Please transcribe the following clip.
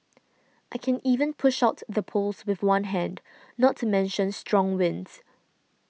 I can even push out the poles with one hand not to mention strong winds